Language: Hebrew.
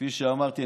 כפי שאמרתי,